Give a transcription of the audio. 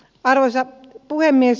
arvoisa puhemies